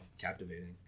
captivating